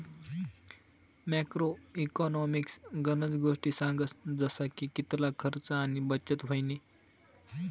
macro economics गनज गोष्टी सांगस जसा की कितला खर्च आणि बचत व्हयनी